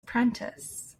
apprentice